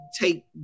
take